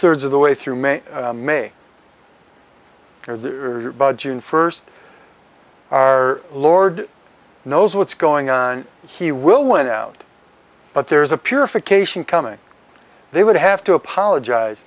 thirds of the way through may may or june first our lord knows what's going on he will win out but there is a purification coming they would have to apologize